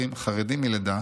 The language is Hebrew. חרדים מלידה